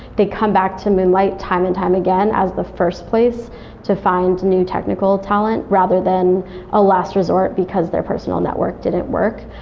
they come back to moonlight time and time again as the first place to find new technical talent, rather than a last resort, because their personal network didn't work.